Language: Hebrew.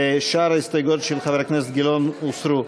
שאר ההסתייגויות של חבר הכנסת גילאון הוסרו.